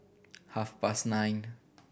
half past nine